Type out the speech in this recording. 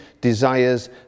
desires